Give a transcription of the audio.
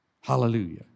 Hallelujah